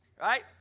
right